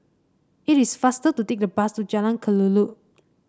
it is faster to take the bus to Jalan Kelulut